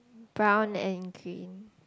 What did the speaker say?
brown and green